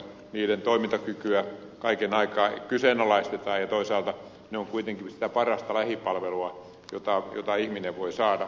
niiden toimintakykyä kaiken aikaa kyseenalaistetaan ja toisaalta ne ovat kuitenkin sitä parasta lähipalvelua jota ihminen voi saada